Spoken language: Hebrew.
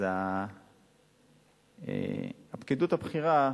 אז הפקידות הבכירה,